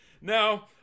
now